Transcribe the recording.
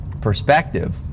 perspective